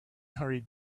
hurried